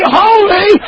holy